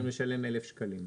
ואז הם צריכים לשלם 1,000 שקלים.